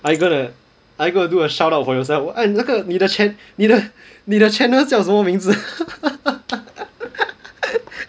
are you going to do a shout out for yourself eh 那个你的 channel 你的你的 channel 叫什么名字